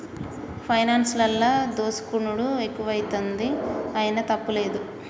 పైనాన్సులల్ల దోసుకునుడు ఎక్కువైతంది, అయినా తప్పుతలేదు